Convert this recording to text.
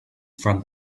from